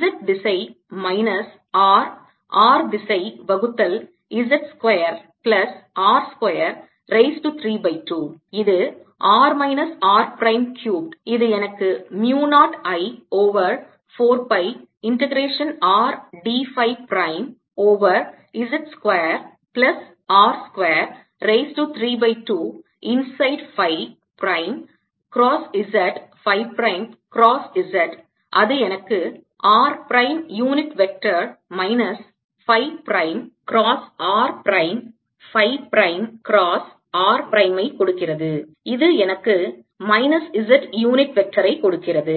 z திசை minus R r திசை வகுத்தல் z square plus R square raise to 3 by 2 இது r minus r prime cubed இது எனக்கு mu 0 I over 4 pi integration R d phi prime over z square plus R square raise to 3 by 2 inside phi prime cross z phi prime cross z அது எனக்கு r prime unit vector minus phi prime cross r prime phi prime cross r prime ஐ கொடுக்கிறது இது எனக்கு minus z unit vector ஐ கொடுக்கிறது